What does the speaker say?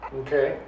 okay